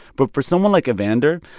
but for someone like evander,